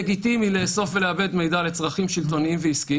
לגיטימי לאסוף ולעבד מידע לצרכים שלטוניים ועסקיים,